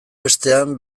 bestean